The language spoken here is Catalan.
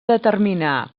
determinar